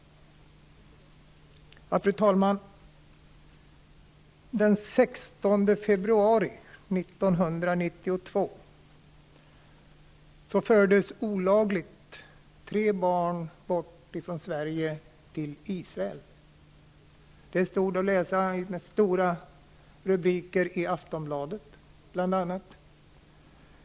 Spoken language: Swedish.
Fru talman! Den 16 februari 1992 fördes tre barn olagligt bort från Sverige till Israel. Det stod att läsa med stora rubriker i bl.a. Aftonbladet.